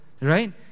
Right